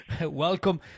welcome